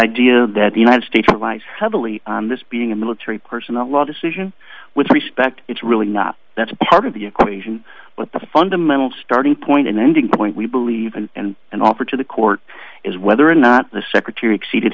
idea that the united states relies heavily on this being a military personnel law decision with respect it's really not that's part of the equation but the fundamental starting point and ending point we believe in and an offer to the court is whether or not the secretary exceeded